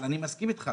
אני מסכים איתך,